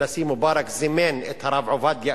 הנשיא מובארק זימן את הרב עובדיה